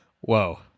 whoa